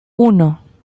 uno